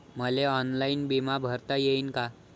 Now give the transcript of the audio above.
मले ऑनलाईन बिमा भरता येईन का?